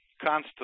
constant